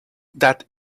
that